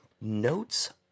Notes